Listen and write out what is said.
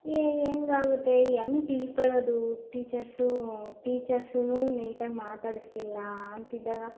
ಹೇಗಾಗುತ್ತೆ ಹೆಂಗೆ ತಿಳ್ಕೊಳ್ಳೋದು ಟೇಚರ್ಸು ಟೀಚರ್ಸುನೂ ನೀಟಾಗಿ ಮಾತಾಡಿಸ್ತಿಲ್ಲ ಅಂತಿದ್ದಾಗ